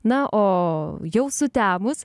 na o jau sutemus